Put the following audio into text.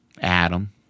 Adam